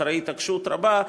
אחרי התעקשות רבה,